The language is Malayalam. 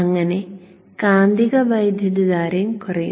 അങ്ങനെ കാന്തിക വൈദ്യുതധാരയും കുറയും